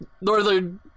Northern